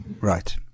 Right